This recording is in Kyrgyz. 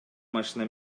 машина